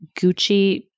Gucci